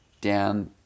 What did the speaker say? down